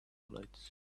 lights